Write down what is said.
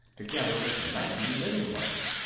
together with ninety living ones.